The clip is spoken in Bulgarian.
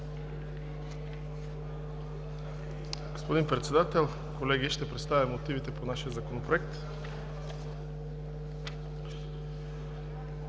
Господин Председател, колеги, ще представя мотивите по нашия Законопроект.